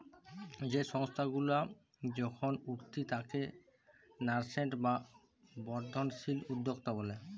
যেই সংস্থা গুলা এখল উঠতি তাকে ন্যাসেন্ট বা বর্ধনশীল উদ্যক্তা ব্যলে